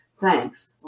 thanks